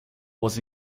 was